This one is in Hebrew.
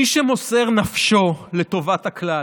מי שמוסר את נפשו לטובת הכלל,